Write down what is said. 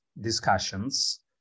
discussions